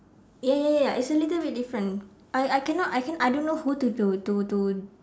ya ya ya it's a little bit different I I cannot I can~ I don't know who to to to to